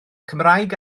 cymraeg